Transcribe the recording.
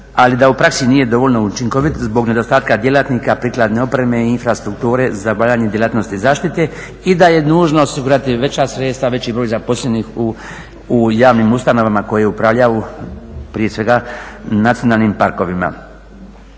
ali da u praksi nije dovoljno učinkovit zbog nedostatka djelatnika, prikladne opreme i infrastrukture za obavljanje djelatnosti zaštite i da je nužno osigurati veća sredstva, veći broj zaposlenih u javnim ustanovama koje upravljaju prije svega nacionalnim parkovima.